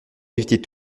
d’éviter